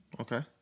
Okay